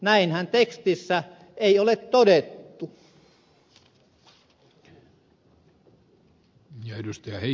näinhän tekstissä ei ole todettu